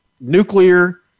nuclear